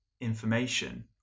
information